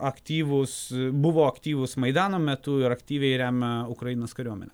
aktyvūs buvo aktyvūs maidano metu ir aktyviai remia ukrainos kariuomenę